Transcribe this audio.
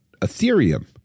Ethereum